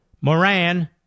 Moran